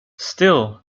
still